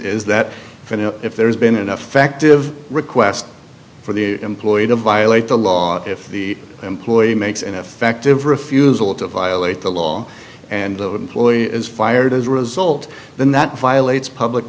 is that if there's been an affective request for the employee to violate the law if the employee makes an effective refusal to violate the law and the employee is fired as a result then that violates public